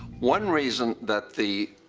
one reason that the